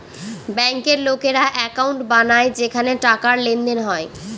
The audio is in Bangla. ব্যাঙ্কের লোকেরা একাউন্ট বানায় যেখানে টাকার লেনদেন হয়